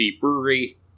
Brewery